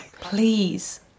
Please